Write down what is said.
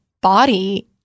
body